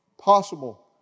possible